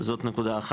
נקודה אחת.